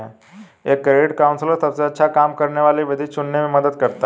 एक credit counsellor सबसे अच्छा काम करने वाली विधि चुनने में मदद करता है